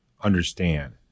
understand